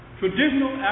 traditional